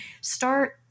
Start